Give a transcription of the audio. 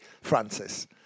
Francis